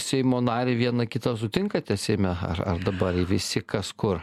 seimo narį vieną kitą sutinkate seime ar ar dabar visi kas kur